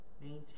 maintain